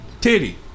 Titty